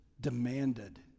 demanded